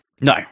No